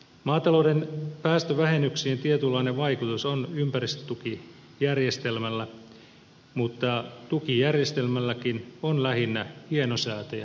maatalouden päästövähennyksiin on tietynlainen vaikutus ympäristötukijärjestelmällä mutta tukijärjestelmälläkin on lähinnä hienosäätäjän rooli